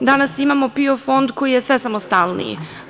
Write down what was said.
Danas imamo PIO fond koji je sve samostalniji.